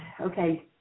Okay